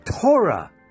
Torah